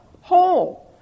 whole